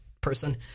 person